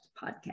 Podcast